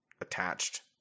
attached